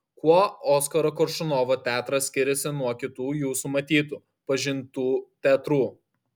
kuo oskaro koršunovo teatras skiriasi nuo kitų jūsų matytų pažintų teatrų